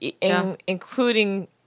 including